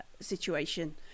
situation